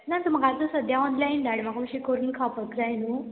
ना तर म्हाका आतां सद्या ऑनलायन धाड म्हाका अशें करून खावपाक जाय न्हू